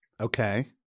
okay